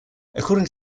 according